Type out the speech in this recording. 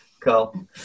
Cool